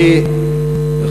לא, אני לא הולך.